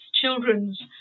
children's